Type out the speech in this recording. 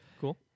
cool